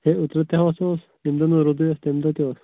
ہے اوٚترٕ تہِ ہسا اوس ییٚمہِ دۄہ نہٕ روٗدے اوس تَمہِ دۄہ تہِ اوس